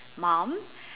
mum